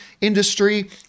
industry